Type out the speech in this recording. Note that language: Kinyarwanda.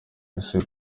ese